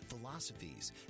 philosophies